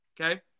Okay